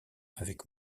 avec